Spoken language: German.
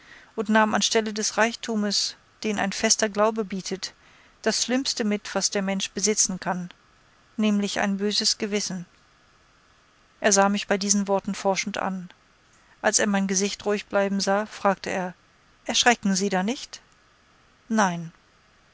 und nahm an stelle des reichtumes den ein fester glaube bietet das schlimmste mit was der mensch besitzen kann nämlich ein böses gewissen er sah mich bei diesen worten forschend an als er mein gesicht ruhig bleiben sah fragte er erschrecken sie da nicht nein